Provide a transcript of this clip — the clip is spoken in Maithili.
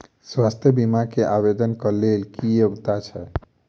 स्वास्थ्य बीमा केँ आवेदन कऽ लेल की योग्यता छै?